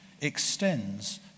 extends